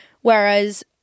whereas